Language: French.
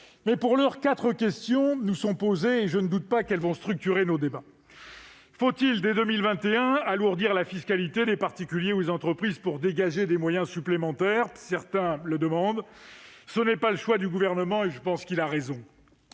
! Pour l'heure, quatre questions nous sont posées, et je ne doute pas qu'elles structureront nos débats. Faut-il, dès 2021, alourdir la fiscalité des particuliers ou des entreprises pour dégager des moyens supplémentaires, comme certains le demandent ? Ce n'est pas le choix du Gouvernement, et je pense qu'il a raison.